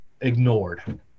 ignored